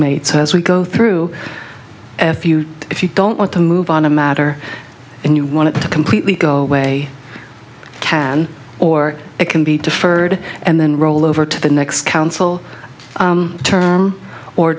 made as we go through if you if you don't want to move on a matter and you want to completely go away can or it can be deferred and then roll over to the next council term or